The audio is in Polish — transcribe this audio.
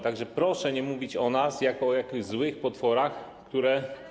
Tak że proszę nie mówić o nas jako o jakichś złych potworach, które.